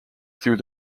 through